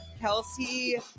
kelsey